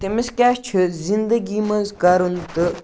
تٔمِس کیٛاہ چھِ زِندگی منٛز کَرُن تہٕ